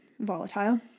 volatile